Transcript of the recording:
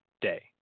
day